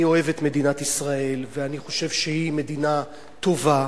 אני אוהב את מדינת ישראל ואני חושב שהיא מדינה טובה,